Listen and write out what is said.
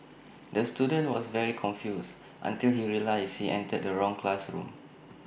the student was very confused until he realised he entered the wrong classroom